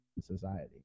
society